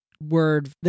word